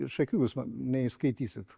iš akių jūs man neišskaitysit